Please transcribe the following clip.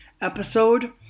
episode